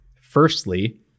Firstly